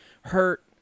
hurt